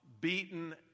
beaten